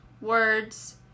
words